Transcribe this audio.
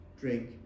drink